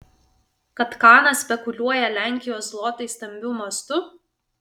kad kanas spekuliuoja lenkijos zlotais stambiu mastu